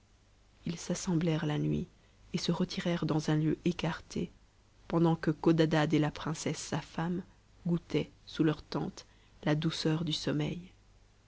ils s'assemblèrent la nuit et se retirèrent dans un lieu écarté pendant que codadad et la princesse sa femme goûtaient sous leur tente la douceur du sommeil